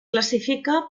classifica